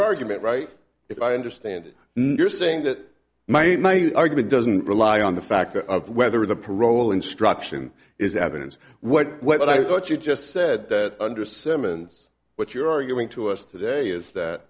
argument right if i understand no you're saying that my argument doesn't rely on the fact of whether the parole instruction is evidence what what i thought you just said that under symonds what you're arguing to us today is that